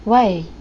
why